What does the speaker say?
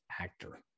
actor